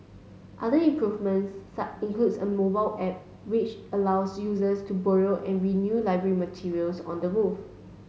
other improvements includes a mobile app which allows users to borrow and renew library materials on the move